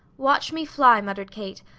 watch me fly! muttered kate.